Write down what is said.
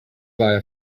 via